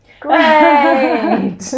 Great